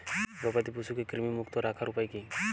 গবাদি পশুকে কৃমিমুক্ত রাখার উপায় কী?